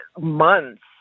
months